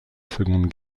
seconde